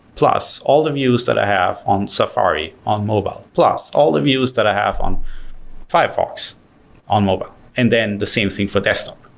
plus all the views that i have on sed safari on mobile, plus all the views that i have on firefox on mobile and then the same thing for desktop.